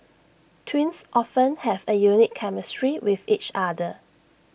twins often have A unique chemistry with each other